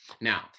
Now